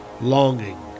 longing